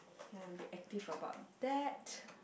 then I will be active about that